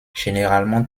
généralement